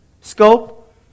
scope